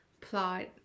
plot